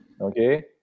Okay